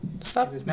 Stop